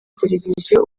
televiziyo